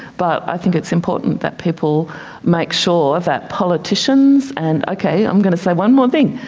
but i think it's important that people make sure that politicians and, okay, i'm going to say one more thing,